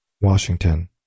Washington